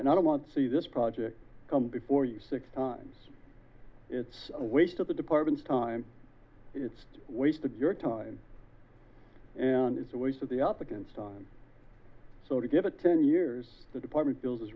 and i don't want to see this project come before you six times it's a waste of the department's time it's wasted your time and it's a waste of the up against time so to get a ten years the department bill